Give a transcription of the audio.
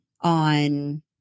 on